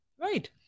Right